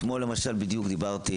אתמול דיברתי,